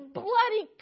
bloody